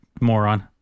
moron